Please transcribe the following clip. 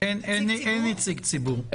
יש נציג ציבור?